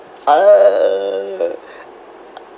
uh